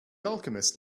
alchemist